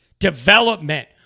development